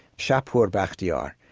shapour bakhtiar.